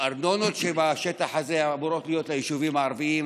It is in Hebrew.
הארנונות שבשטח הזה אמורות להיות ליישובים הערביים,